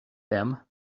them